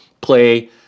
play